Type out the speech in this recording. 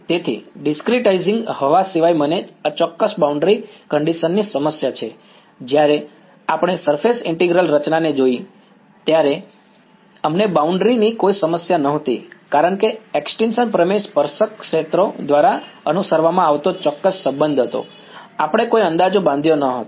તેથી ડિસ્ક્રિટાઈઝિંગ હવા સિવાય મને અચોક્કસ બાઉન્ડ્રી કંડીશન ની સમસ્યા છે જ્યારે આપણે સરફેસ ઈન્ટીગ્રલ રચનાને જોઈએ છીએ ત્યારે અમને બાઉન્ડ્રી ની કોઈ સમસ્યા નહોતી કારણ કે એક્સ્ટીંશન પ્રમેય સ્પર્શક ક્ષેત્રો દ્વારા અનુસરવામાં આવતો ચોક્કસ સંબંધ હતો આપણે કોઈ અંદાજો બાંધ્યો ન હતો